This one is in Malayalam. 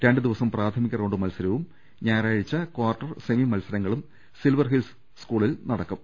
രണ്ട് ദിവസം പ്രാഥമിക റൌണ്ട് മത്സര വും ഞായറാഴ്ച്ച ക്വാർട്ടർ സെമി മത്സരങ്ങളും സിൽവർഹിൽസ് സ്കൂളിൽ നടത്തും